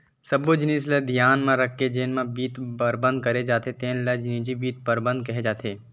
सब्बो जिनिस ल धियान म राखके जेन म बित्त परबंध करे जाथे तेन ल निजी बित्त परबंध केहे जाथे